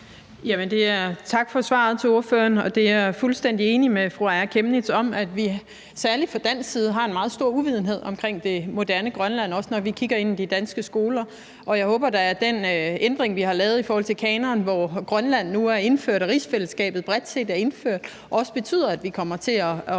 (V): Tak for svaret til ordføreren. Jeg er fuldstændig enig med fru Aaja Chemnitz i, at vi særlig fra dansk side har en meget stor uvidenhed om det moderne Grønland, også når vi kigger ind i de danske skoler. Jeg håber da, at den ændring, vi har lavet i forhold til kanonen, hvor Grønland og rigsfællesskabet bredt set nu er indført, også betyder, at vi kommer til at